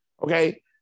Okay